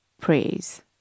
praise